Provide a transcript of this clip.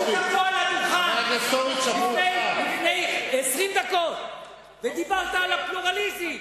עלית פה לדוכן לפני 20 דקות ודיברת על הפלורליזם,